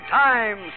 time